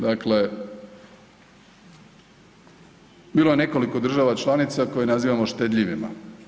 Dakle, bilo je nekoliko država članica koje nazivamo štedljivima.